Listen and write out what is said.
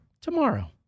tomorrow